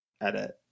edit